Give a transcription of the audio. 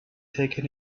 taken